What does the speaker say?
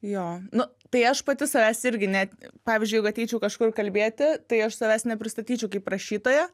jo nu tai aš pati savęs irgi net pavyzdžiui jeigu ateičiau kažkur kalbėti tai aš savęs nepristatyčiau kaip rašytoja